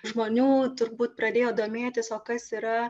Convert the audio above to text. žmonių turbūt pradėjo domėtis o kas yra